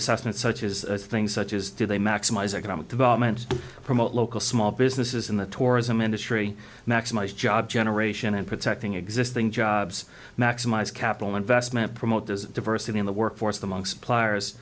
assessments such as things such as do they maximize economic development promote local small businesses in the tourism industry maximize job generation in protecting existing jobs maximize capital investment promote diversity in the workforce the monk suppliers